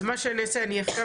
אז מה שאני אעשה,